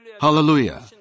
Hallelujah